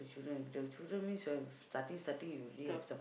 children the children means you all starting starting you really would have stop